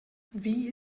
wie